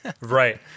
right